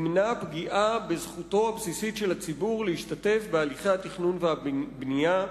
ימנע פגיעה בזכותו הבסיסית של הציבור להשתתף בהליכי התכנון והבנייה,